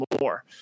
more